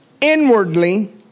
inwardly